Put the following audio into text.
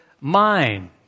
mind